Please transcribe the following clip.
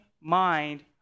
mind